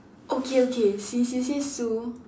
okay okay she she say Sue